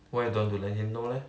why you don't want to let him know leh